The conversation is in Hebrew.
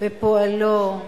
בפועלו,